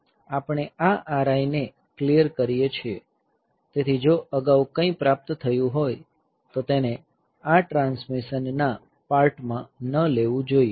આપણે આ RI ને ક્લીયર કરીએ છીએ તેથી જો અગાઉ કંઈક પ્રાપ્ત થયું હોય તો તેને આ ટ્રાન્સમિશન ના પાર્ટ માં ન લેવું જોઈએ